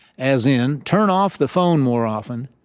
as in turn off the phone more often,